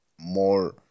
more